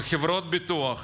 על חברות הביטוח?